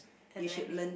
exactly